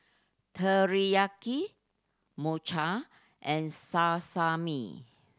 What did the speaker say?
Teriyaki Mochi and Sasami